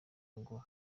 ngo